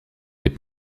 des